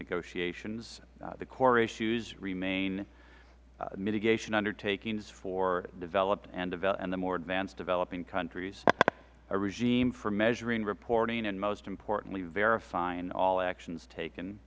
negotiations the core issues remain mitigation undertakings for developed and the more advanced developing countries a regime for measuring reporting and most importantly verifying all actions taken